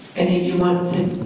any of you want